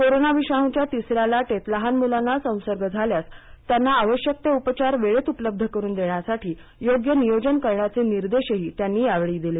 corona विषाणूच्या तिसऱ्या लाटेत लहान मुलांना संसर्ग झाल्यास त्यांना आवश्यक ते उपचार वेळेत उपलब्ध करून देण्यासाठी योग्य नियोजन करण्याचे निर्देशही त्यांनी यावेळी दिले